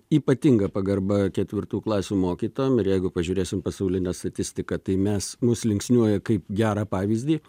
ypatinga pagarba ketvirtų klasių mokytojom ir jeigu pažiūrėsim pasaulinę statistiką tai mes mus linksniuoja kaip gerą pavyzdį